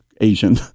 Asian